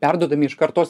perduodami iš kartos